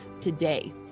today